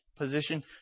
position